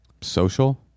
social